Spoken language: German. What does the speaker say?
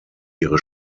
ihre